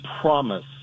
promise